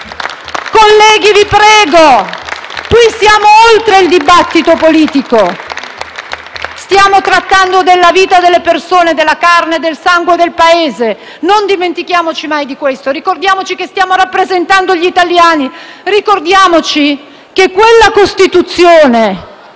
Colleghi, vi prego, qui siamo oltre il dibattito politico, stiamo trattando della vita delle persone, della carne e del sangue del Paese. Non dimentichiamoci mai di questo. Ricordiamoci che stiamo rappresentando gli italiani. Ricordiamoci di quella Costituzione